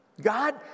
God